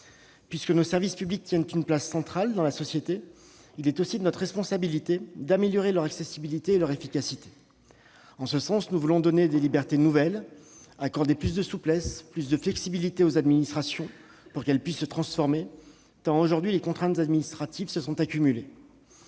Puisque nos services publics tiennent une place centrale dans la société, il est de notre responsabilité d'améliorer leur accessibilité et leur efficacité. En ce sens, nous voulons donner des libertés nouvelles et accorder plus de souplesse, plus de flexibilité aux administrations pour qu'elles puissent se transformer, tant les contraintes administratives se sont accumulées.